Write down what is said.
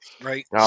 right